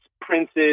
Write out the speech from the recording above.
Prince's